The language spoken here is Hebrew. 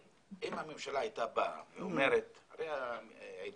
אם הממשלה הייתה באה ואומרת הרי עידו,